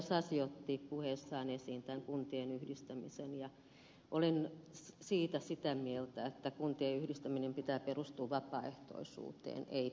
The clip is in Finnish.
sasi otti puheessaan esiin tämän kuntien yhdistämisen ja olen siitä sitä mieltä että kuntien yhdistämisen pitää perustua vapaaehtoisuuteen ei pakkoon